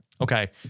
Okay